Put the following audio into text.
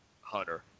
Hunter